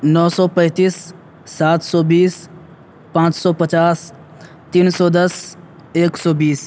نو سو پینتس سات سو بیس پانچ سو پچاس تین سو دس ایک سو بیس